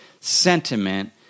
sentiment